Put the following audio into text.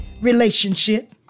relationship